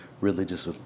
religious